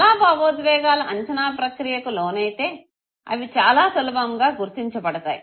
చాలా భావోద్వేగాలు అంచనా ప్రక్రియకు లోనైతే అవి చాలా సులభంగా గుర్తించడుతాయి